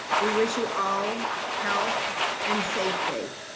we wish you all health and safety.